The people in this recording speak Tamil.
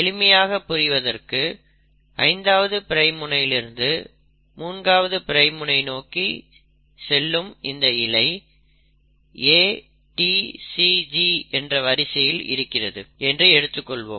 எளிமையாக புரிவதற்காக 5ஆவது பிரைம் முனையிலிருந்து 3ஆவது பிரைம் முனை நோக்கி செல்லும் இந்த இழை A T C G என்ற வரிசையில் இருக்கிறது என்று எடுத்துக்கொள்வோம்